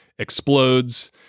explodes